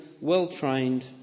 well-trained